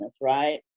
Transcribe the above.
right